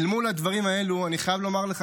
אל מול הדברים האלו אני חייב לומר לך,